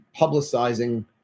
publicizing